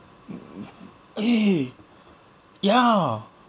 eh ya